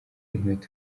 inkweto